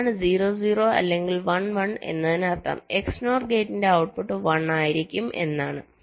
എന്താണ് 0 0 അല്ലെങ്കിൽ 1 1 എന്നതിനർത്ഥം XNOR ഗേറ്റിന്റെ ഔട്ട്പുട്ട് 1 ആയിരിക്കും എന്നാണ്